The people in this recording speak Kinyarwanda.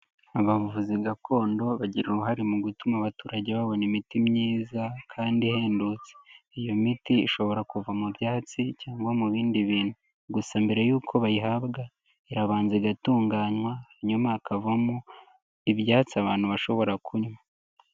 Abavuzi gakondo bagira uruhare mu gutuma abaturage babona imiti myiza kandi ihendutse. Iyo miti ishobora kuva mu byatsi cyangwa mu bindi bintu. Gusa mbere y'uko bayihabwa irabanza igatunganywa, hanyuma hakavamo ibyatsi abantu bashobora kunywa.